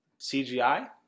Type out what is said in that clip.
CGI